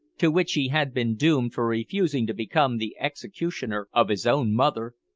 to which he had been doomed for refusing to become the executioner of his own mother,